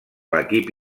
l’equip